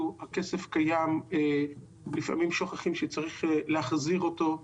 הכסף קיים ולפעמים שוכחים שצריך להחזיר אותו,